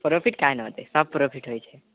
profit काहे ने हेतै सब प्रोफिट होइ छै